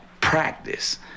practice